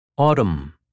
Autumn